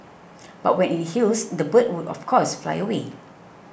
but when it heals the bird would of course fly away